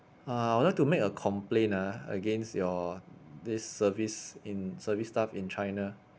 uh I would like to make a complaint nah against your this service in service staff in china